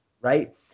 right